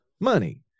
money